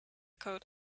coat